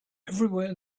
everywhere